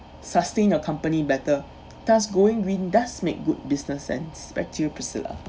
sustain your company better thus going green does make good business sense back to you priscilla